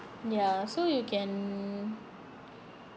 ya so you can